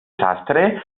sastre